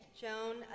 Joan